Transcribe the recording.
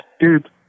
dude